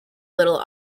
little